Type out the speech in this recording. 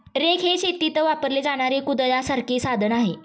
rake हे शेतीत वापरले जाणारे कुदळासारखे साधन आहे